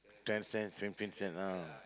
ten cents fifteen cents ah